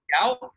out